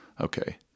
okay